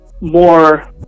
more